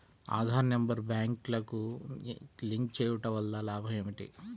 Aadhaar number బ్యాంక్నకు link చేయుటవల్ల లాభం ఏమిటి?